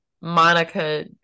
Monica